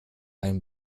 ein